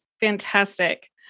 Fantastic